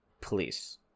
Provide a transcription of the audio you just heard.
police